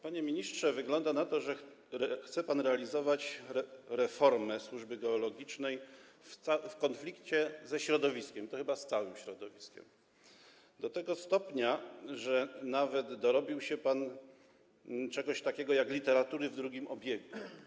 Panie ministrze, wygląda na to, że chce pan realizować reformę służby geologicznej w konflikcie ze środowiskiem, i to chyba z całym środowiskiem, do tego stopnia, że nawet dorobił się pan czegoś takiego, jak literatura w drugim obiegu.